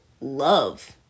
love